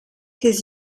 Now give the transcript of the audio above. his